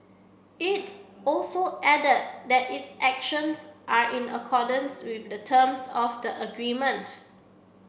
it also added that its actions are in accordance with the terms of the agreement